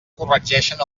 corregeixen